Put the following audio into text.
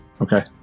Okay